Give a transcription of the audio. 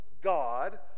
God